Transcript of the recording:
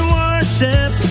worship